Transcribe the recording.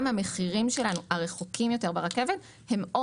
גם המחירים שלנו הרחוקים יותר ברכבת הם או